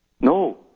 No